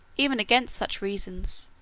even against such reasons,